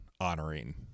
honoring